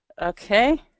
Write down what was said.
Okay